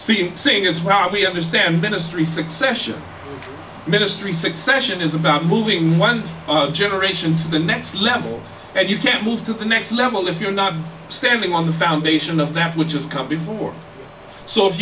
him seeing as how we understand ministry succession ministry succession is about moving one generation to the next level and you can't move to the next level if you're not standing on the foundation of that which is come before so if